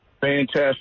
Fantastic